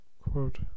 Quote